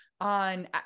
on